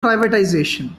privatisation